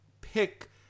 pick